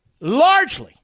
largely